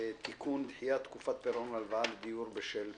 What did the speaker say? (תיקון דחיית תקופת פירעון הלוואה לדיור בשל פטירה),